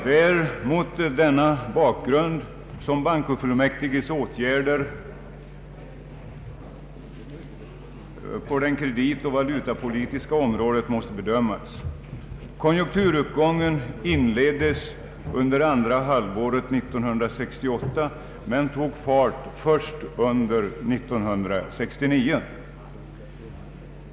Det är mot denna bakgrund som bankofullmäktiges åtgärder på det kreditoch valutapolitiska området måste bedömas. Konjunkturuppgången inleddes under andra halvåret 1968 men tog fart först under år 1969.